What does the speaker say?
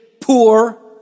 poor